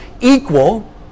equal